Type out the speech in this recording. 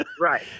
Right